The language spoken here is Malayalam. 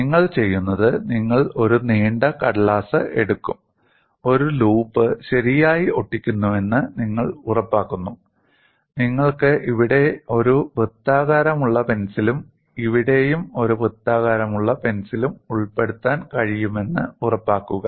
നിങ്ങൾ ചെയ്യുന്നത് നിങ്ങൾ ഒരു നീണ്ട കടലാസ് എടുക്കും ഒരു ലൂപ്പ് ശരിയായി ഒട്ടിക്കുന്നുവെന്ന് നിങ്ങൾ ഉറപ്പാക്കുന്നു നിങ്ങൾക്ക് ഇവിടെ ഒരു വൃത്താകാരമുള്ള പെൻസിലും ഇവിടെയും ഒരു വൃത്താകാരമുള്ള പെൻസിലും ഉൾപ്പെടുത്താൻ കഴിയുമെന്ന് ഉറപ്പാക്കുക